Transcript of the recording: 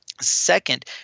Second